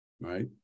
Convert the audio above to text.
Right